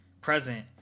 present